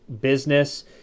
business